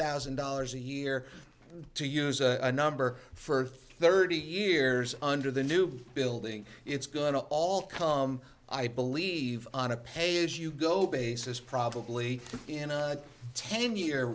thousand dollars a year two years a number for thirty years under the new building it's going to all come i believe on a pay as you go basis probably in a ten year